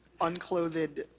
unclothed